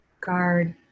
guard